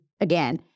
again